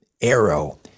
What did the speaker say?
arrow